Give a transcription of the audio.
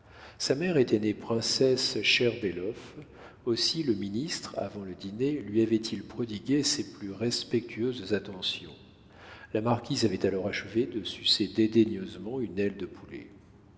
sa mère était née princesse scherbellof aussi le ministre avant de dîner lui avait-il prodigué ses plus respectueuses attentions la marquise avait alors achevé de sucer dédaigneusement une aile de poulet